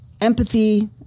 empathy